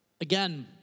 Again